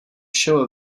show